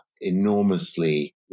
enormously